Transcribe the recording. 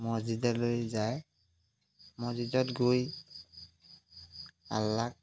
মছজিদলৈ যায় মছজিদত গৈ আল্লাক